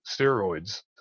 steroids